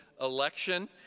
election